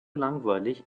langweilig